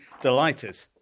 delighted